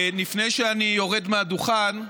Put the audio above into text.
לפני שאני יורד מהדוכן אני,